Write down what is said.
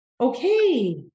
okay